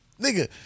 nigga